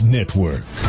Network